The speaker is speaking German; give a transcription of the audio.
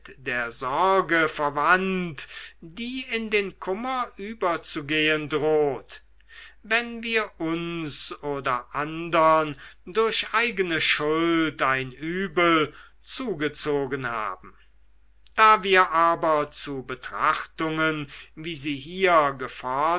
der sorge verwandt die in den kummer überzugehen droht wenn wir uns oder andern durch eigene schuld ein übel zugezogen haben da wir aber zu betrachtungen wie sie